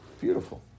Beautiful